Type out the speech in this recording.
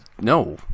No